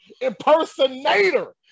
impersonator